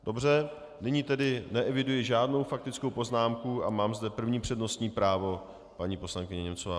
Dobře, nyní tedy neeviduji žádnou faktickou poznámku a mám zde první přednostní právo, paní poslankyně Němcová.